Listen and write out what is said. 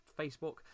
Facebook